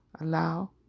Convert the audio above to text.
allow